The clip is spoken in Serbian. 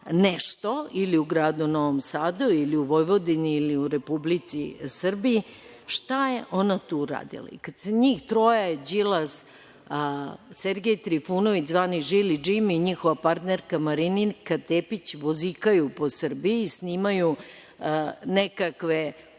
nešto ili u gradu Novom Sadu ili u Vojvodini ili u Republici Srbiji, šta je ona tu uradila? Kada se njih troje Đilas, Sergej Trifunović zvani Žili Džimi, njihova partnerka Marinika Tepić vozikaju po Srbiji i snimaju nekakve